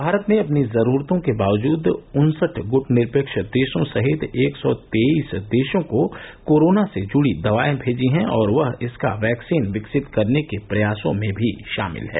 भारत ने अपनी जरूरतों के बावजूद उन्सठ ग्रुटनिरपेश्व देशों सहित एक सौ तेईस देशों को कोरोना से जुड़ी दवाएं भेजी हैं और वह इसका वैक्सीन विकसित करने के प्रयासों में भी शामिल है